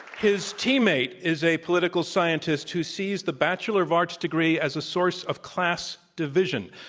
his teammate is a political scientist who sees the bachelor of arts degree as a source of class division.